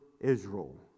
Israel